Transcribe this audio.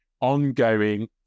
ongoing